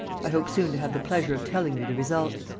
i hope soon to have the pleasure of telling you the result.